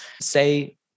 say